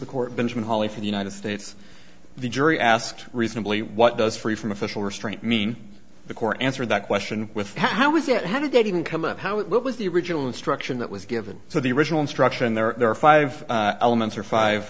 the court benjamin hawley for the united states the jury asked reasonably what does free from official restraint mean the core answered that question with how was it how did they even come up how it was the original instruction that was given so the original instruction there are five elements or five